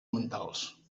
mentals